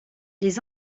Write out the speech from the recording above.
les